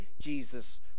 Jesus